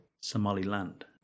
Somaliland